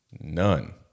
none